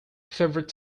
favorite